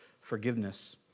forgiveness